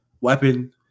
weapon